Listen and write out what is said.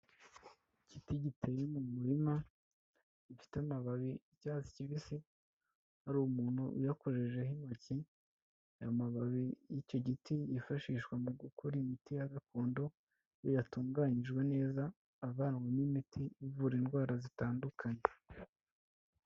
Igiti giteye mu murima. gifite amababi y'icyatsi kibisi, hari umuntu uyakoreshejeho intoki. Amababi y'icyo giti, yifashishwa mu gukora imiti ya gakondo. Iyo yatunganyijwe neza, avanwamo n'imiti ivura indwara zitandukanye.